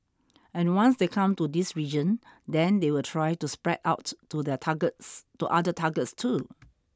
and once they come to this region then they will try to spread out to the targets to other targets too